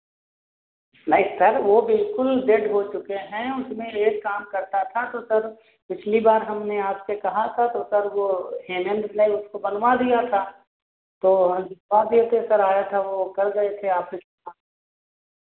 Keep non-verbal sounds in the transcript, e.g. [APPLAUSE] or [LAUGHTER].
नहीं सर वो बिल्कुल डेड हो चुके हैं उसमें एक काम करता था तो सर पिछली बार हमने आपसे कहा था तो सर वो [UNINTELLIGIBLE] उसको बनवा दिया था तो [UNINTELLIGIBLE] सर आया था वो कल गए थे ऑफिस